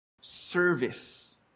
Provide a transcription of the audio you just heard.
service